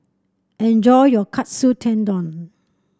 enjoy your Katsu Tendon